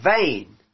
vain